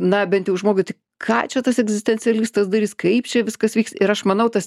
na bent jau žmogui tai ką čia tas egzistencialistas darys kaip čia viskas vyks ir aš manau tas